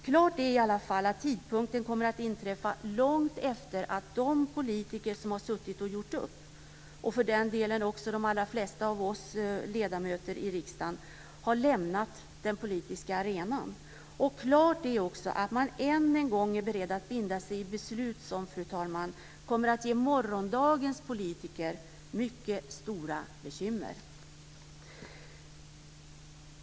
Klart är i alla fall att tidpunkten kommer att inträffa långt efter det att de politiker som har gjort upp, och för den delen de flesta av oss ledamöter i riksdagen, har lämnat den politiska arenan. Klart är också att man än en gång är beredd att binda sig i beslut som, fru talman, kommer att ge morgondagens politiker mycket stora bekymmer.